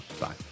Bye